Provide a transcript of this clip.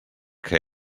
que